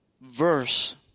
verse